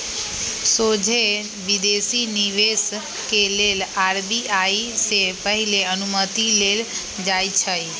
सोझे विदेशी निवेश के लेल आर.बी.आई से पहिले अनुमति लेल जाइ छइ